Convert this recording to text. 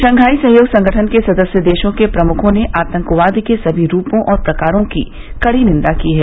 Shanghai सहयोग संगठन के सदस्य देशों के प्रमुखों ने आतंकवाद के सभी रूपों और प्रकारों की कड़ी निन्दा की है